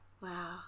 Wow